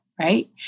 Right